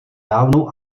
dávnou